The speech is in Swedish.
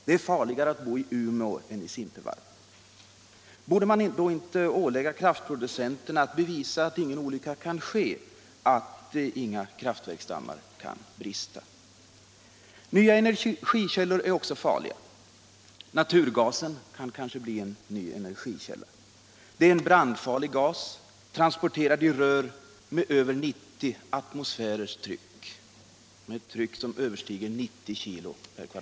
Det är farligare att bo i Umeå än i Simpevarp! Borde man inte ålägga dessa kraftproducenter att bevisa att ingen olycka kan ske, att inga kraftverksdammar kan brista? Nya energikällor är också farliga. Naturgasen kan kanske bli en ny energikälla för oss. Det är en brandfarlig gas, transporterad i rör med över 90 atm tryck, alltså med ett tryck som överstiger 90 kg per cm?.